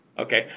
Okay